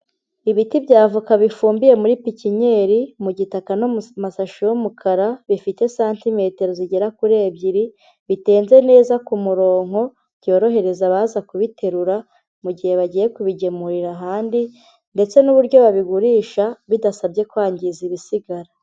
Ibiti bya avoka bifumbiye muri pipiniyeri mu gitaka no mu mashashi y'umukara, bifite santimetero zigera kuri ebyiri, bitenze neza ku murongo, byorohereza abaza kubiterura mu gihe bagiye kubigemurira ahandi, ndetse n'uburyo babigurisha bidasabye kwangiza ibisigara.